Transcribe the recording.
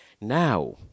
Now